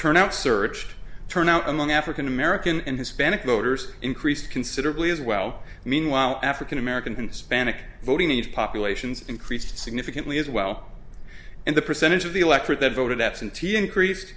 turnout search turnout among african american and hispanic voters increased considerably as well meanwhile african american and hispanic voting age populations increased significantly as well and the percentage of the electorate that voted absentee increased